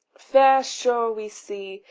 fair shore we see,